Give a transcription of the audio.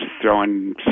throwing